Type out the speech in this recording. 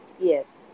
yes